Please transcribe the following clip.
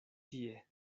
tie